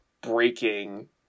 breaking